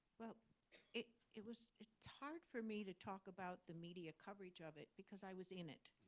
well, it it was it's hard for me to talk about the media coverage of it because i was in it.